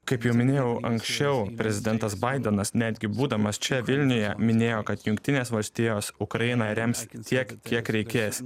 kaip jau minėjau anksčiau prezidentas baidenas netgi būdamas čia vilniuje minėjo kad jungtinės valstijos ukrainą rems tiek kiek reikės